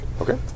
Okay